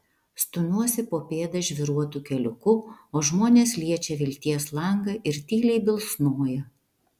stumiuosi po pėdą žvyruotu keliuku o žmonės liečia vilties langą ir tyliai bilsnoja